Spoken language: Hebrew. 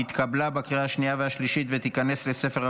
התקבלה בקריאה השנייה והשלישית ותיכנס לספר החוקים.